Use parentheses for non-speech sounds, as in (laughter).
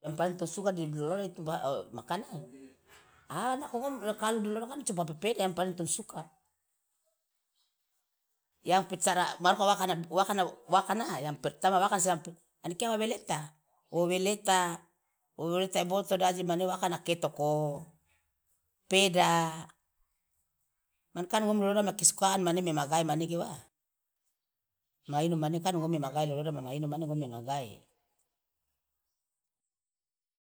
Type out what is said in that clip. Yang paling to suka di loloda itu makanan anako ngom kalu di loloda kan cuma pepeda yang paling tong suka yang pe tara maruka wakana wakana wakana yang pertama wakana sampe ani kia wa weleta wo weleta wo weleta iboloto de aje mane wakana ketoko peda man kan ngom loloda mia kesukaan mane mi magae manege wa ma inomo mane kan ngomi mi magae loloda manyawa ino ngom mi magae. (noise)